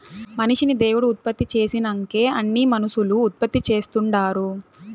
మనిషిని దేవుడు ఉత్పత్తి చేసినంకే అన్నీ మనుసులు ఉత్పత్తి చేస్తుండారు